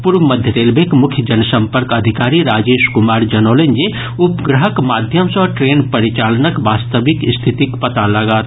पूर्व मध्य रेलवेक मुख्य जनसंपर्क अधिकारी राजेश कुमार जनौलनि जे उपग्रहक माध्यम सँ ट्रेन परिचालनक वास्तविक स्थितिक पता लागत